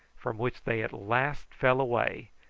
from which they at last fell away,